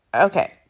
Okay